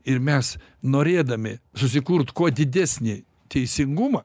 ir mes norėdami susikurt kuo didesnį teisingumą